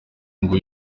ngo